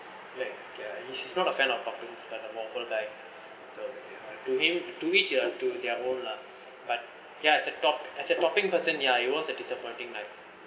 like ya he's he's not a fan of toppings but a waffle guy so to him to which you have to their own lah but yeah it's top~ as a topping person ya it was a disappointing like